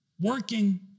working